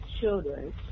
children